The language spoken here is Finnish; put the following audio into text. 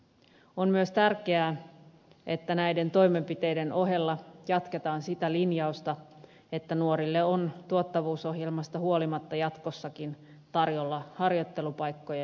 on myös tärkeää että näiden toimenpiteiden ohella jatketaan sitä linjausta että nuorille on tuottavuusohjelmasta huolimatta jatkossakin tarjolla harjoittelupaikkoja julkisella sektorilla